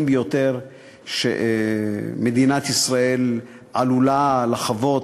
ביותר שמדינת ישראל עלולה לחוות,